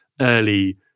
early